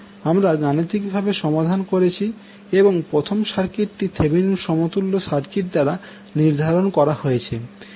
আমরা গাণিতিকভাবে সমাধান করেছি এবং প্রথম সারকিটটি থেভেনিন সমতুল্য সার্কিট দ্বারা নির্ধারণ করা হয়েছে